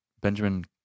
Benjamin